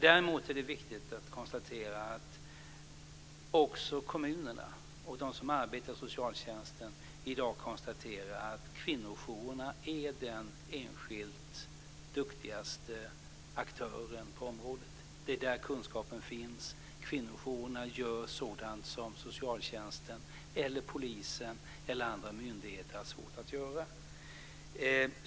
Det är viktigt att säga att kommunerna och de som arbetar inom socialtjänsten i dag konstaterar att kvinnojourerna är den enskilt duktigaste aktören på området. Det är där som kunskapen finns. Kvinnojourerna gör sådant som socialtjänsten, polisen eller andra myndigheter har svårt att göra.